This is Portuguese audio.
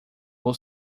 vou